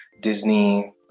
Disney